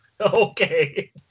Okay